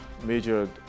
major